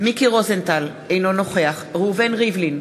מיקי רוזנטל, אינו נוכח ראובן ריבלין,